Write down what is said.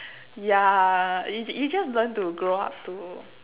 yeah you just learn to grow up to